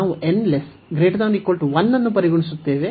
ನಾವು n≥1 ಅನ್ನು ಪರಿಗಣಿಸುತ್ತೇವೆ